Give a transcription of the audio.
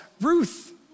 Ruth